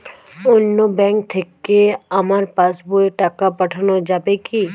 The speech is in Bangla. অন্য ব্যাঙ্ক থেকে আমার পাশবইয়ে টাকা পাঠানো যাবে কি?